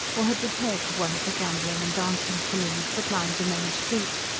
or had repaired to one of the gambling and dancing saloons that lined the main street.